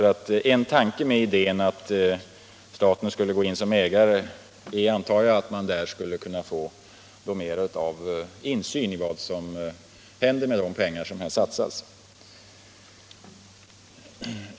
En tanke bakom idén att staten skulle gå in som ägare antar jag är att man då skulle få bättre insyn i vad som händer med de pengar som satsas.